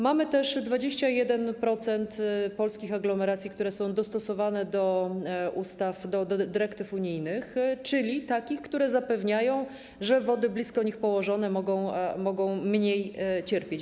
Mamy też 21% polskich aglomeracji, które są dostosowane do ustaw, do dyrektyw unijnych, czyli takich, które zapewniają, że wody blisko nich położone mogą mniej ucierpieć.